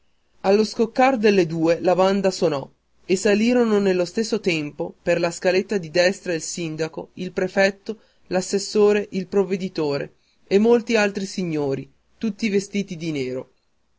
allo scoccar delle due la banda sonò e salirono nello stesso tempo per la scaletta di destra il sindaco il prefetto l'assessore il provveditore e molti altri signori tutti vestiti di nero